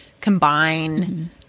combine